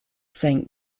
saint